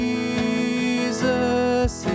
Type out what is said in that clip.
Jesus